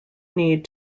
need